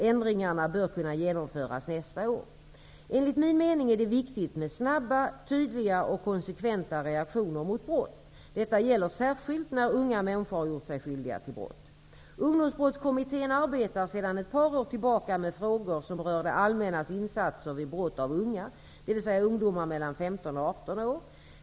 Ändringarna bör kunna genomföras nästa år. Enligt min mening är det viktigt med snabba, tydliga och konsekventa reaktioner mot brott. Detta gäller särskilt när unga människor har gjort sig skyldiga till brott. Ungdomsbrottskommittén arbetar sedan ett par år tillbaka med frågor som rör det allmännas insatser vid brott av unga, dvs. ungdomar mellan 15 och 18 år.